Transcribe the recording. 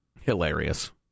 Hilarious